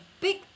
big